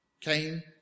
Cain